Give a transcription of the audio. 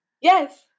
Yes